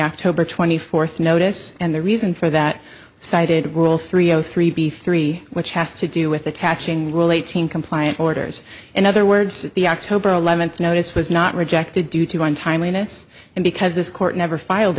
october twenty fourth notice and the reason for that cited rule three o three b three which has to do with attaching rule eighteen compliant orders in other words the october eleventh notice was not rejected due to one timeliness and because this court never filed